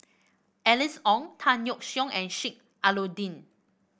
Alice Ong Tan Yeok Seong and Sheik Alau'ddin